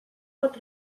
pot